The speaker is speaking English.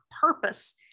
purpose